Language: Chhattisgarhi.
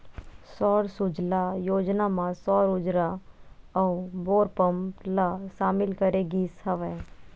सौर सूजला योजना म सौर उरजा अउ बोर पंप ल सामिल करे गिस हवय